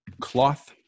cloth